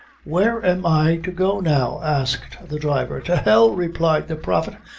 where am i to go now? asked the driver. to hell! replied the prophet,